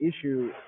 issue